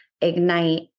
ignite